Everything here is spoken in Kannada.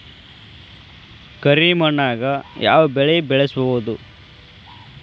ಕರಿ ಮಣ್ಣಾಗ್ ಯಾವ್ ಬೆಳಿ ಬೆಳ್ಸಬೋದು?